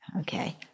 Okay